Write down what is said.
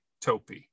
Topi